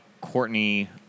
Courtney